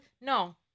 No